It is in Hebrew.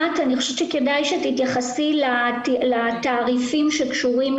אני חושבת שכדאי שענת תתייחס לתעריפים שקשורים